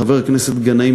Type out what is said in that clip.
חבר הכנסת גנאים,